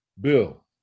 Bill